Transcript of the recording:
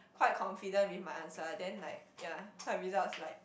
quite confident with my answer then like yea her results like